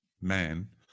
man